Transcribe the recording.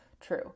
True